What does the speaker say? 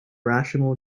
rational